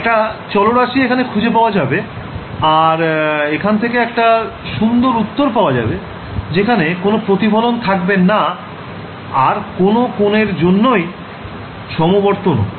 একটা চলরাশি এখানে খুজে পাওয়া যাবে আর এখান থেকে একটা সুন্দর উত্তর পাওয়া যাবে যেখানে কোন প্রতিফলন থাকবে না আর কোন কোণের জন্যই সমবর্তনও